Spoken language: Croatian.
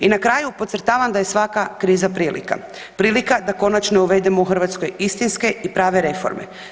I na kraju podcrtavam da je svaka kriza prilika, prilika da konačno uvedemo u Hrvatskoj istinske i prave reforme.